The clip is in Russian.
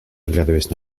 оглядываясь